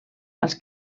als